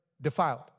defiled